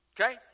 Okay